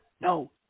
no